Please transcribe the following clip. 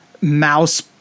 mouse